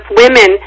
women